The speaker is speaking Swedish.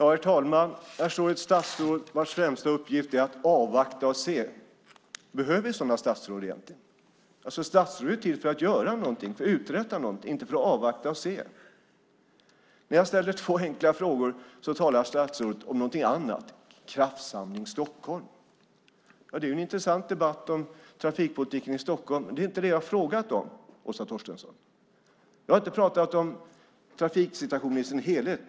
Herr talman! Här står ett statsråd vars främsta uppgift är att avvakta och se. Behöver vi sådana statsråd? Statsråd är till för att uträtta något, inte för att avvakta och se. När jag ställer två enkla frågor talar statsrådet om något annat - Kraftsamling Stockholm. Det är en intressant debatt om trafikpolitiken i Stockholm, men det är inte det jag har frågat om, Åsa Torstensson. Jag har inte pratat om trafiksituationen i sin helhet.